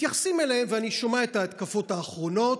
מתייחסים אליהם, ואני שומע את ההתקפות האחרונות,